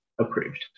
approved